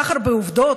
סחר בעובדות,